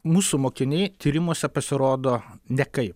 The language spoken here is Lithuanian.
mūsų mokiniai tyrimuose pasirodo nekaip